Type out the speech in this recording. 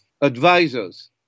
advisors